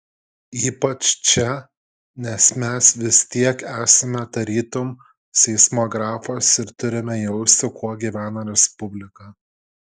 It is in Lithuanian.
ypač čia nes mes vis tiek esame tarytum seismografas ir turime jausti kuo gyvena respublika